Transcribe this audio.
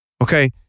Okay